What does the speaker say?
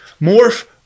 morph